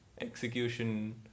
execution